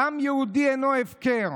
דם יהודי אינו הפקר.